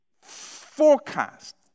forecast